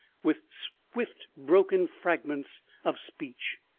with swift broken fragments of speech.